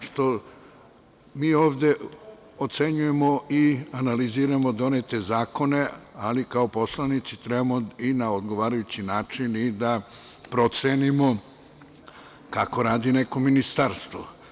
Zato što mi ovde ocenjujemo i analiziramo donete zakone, ali kao poslanici trebamo i na odgovarajući način da procenimo kako radi neko ministarstvo.